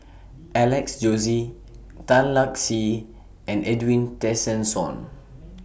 Alex Josey Tan Lark Sye and Edwin Tessensohn